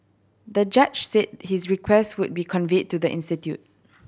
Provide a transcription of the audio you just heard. the judge said his request would be conveyed to the institute